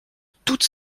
toute